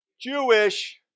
Jewish